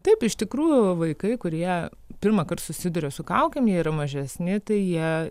taip iš tikrųjų vaikai kurie pirmąkart susiduria su kaukėm jie yra mažesni tai jie